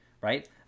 right